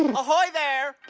ahoy there